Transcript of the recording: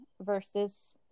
versus